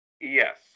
Yes